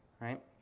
right